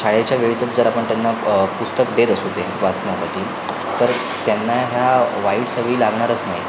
शाळेच्या वेळेतच जर आपण त्यांना पुस्तक देत असू ते वाचण्यासाठी तर त्यांना ह्या वाईट सवयी लागणारच नाहीत